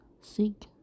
seek